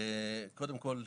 קודם כל,